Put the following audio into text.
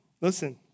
Listen